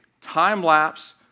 time-lapse